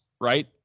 right